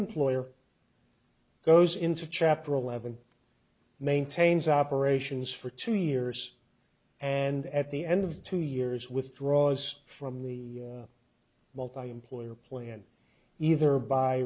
employer goes into chapter eleven maintains operations for two years and at the end of two years withdraws from the multi employer plan either by